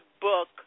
book